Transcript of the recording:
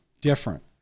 different